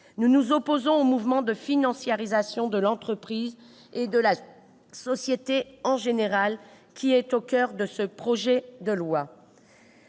Nous nous opposons au mouvement de financiarisation de l'entreprise et de la société en général, qui est au coeur de ce texte.